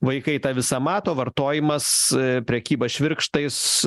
vaikai tą visą mato vartojimas prekyba švirkštais